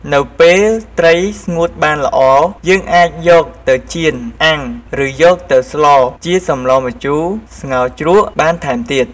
នៅពេលត្រីស្ងួតបានល្អយើងអាចយកទៅចៀន អាំងឬយកទៅស្លជាសម្លម្ជូរ ស្ងោរជ្រក់បានថែមទៀត។